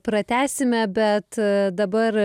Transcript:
pratęsime bet dabar